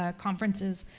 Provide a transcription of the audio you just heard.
ah conferences,